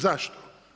Zašto?